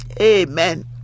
Amen